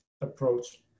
approach